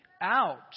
out